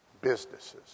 businesses